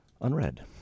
unread